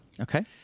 Okay